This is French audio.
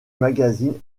magazine